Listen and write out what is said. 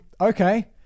Okay